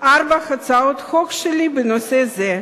ארבע הצעות חוק שלי בנושא זה.